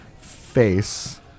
face